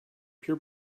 pure